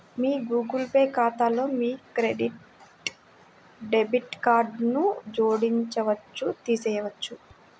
మీ Google Pay ఖాతాలో మీరు మీ క్రెడిట్, డెబిట్ కార్డ్లను జోడించవచ్చు, తీసివేయవచ్చు